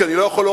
כי אני לא יכול,